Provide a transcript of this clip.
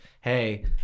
hey